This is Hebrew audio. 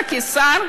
אתה כשר,